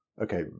okay